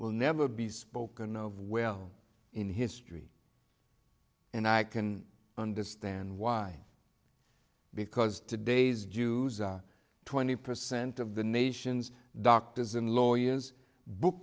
will never be spoken of well in history and i can understand why because today's jews are twenty percent of the nation's doctors and lawyers book